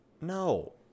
No